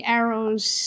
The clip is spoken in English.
arrow's